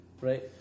Right